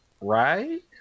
Right